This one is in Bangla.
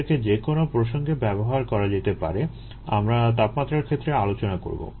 এদেরকে যেকোনো প্রসঙ্গে ব্যবহার করা যেতে পারে আমরা তাপমাত্রার ক্ষেত্রে আলোচনা করবো